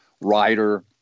writer